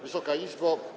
Wysoka Izbo!